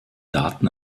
daten